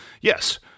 yes